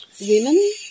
women